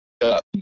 up